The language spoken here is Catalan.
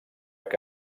que